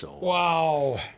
Wow